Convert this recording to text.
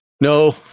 No